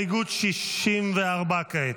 הסתייגות 64 כעת.